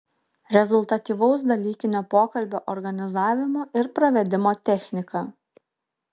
rezultatyvaus dalykinio pokalbio organizavimo ir pravedimo technika